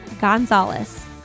Gonzalez